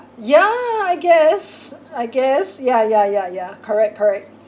yeah I guess I guess ya ya ya ya correct correct